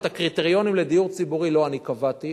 את הקריטריונים לדיור ציבורי לא אני קבעתי.